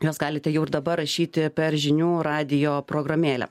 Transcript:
nes galite jau ir dabar rašyti per žinių radijo programėlę